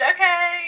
Okay